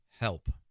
help